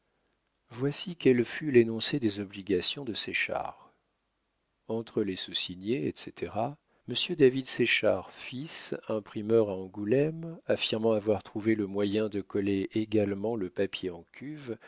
voici quel fut l'énoncé des obligations de séchard entre les soussignés etc monsieur david séchard fils imprimeur à angoulême affirmant avoir trouvé le moyen de coller également le papier en cuve